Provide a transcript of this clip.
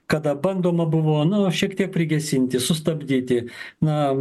kada bandoma buvo nu šiek tiek prigesinti sustabdyti na